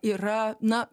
yra na